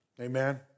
Amen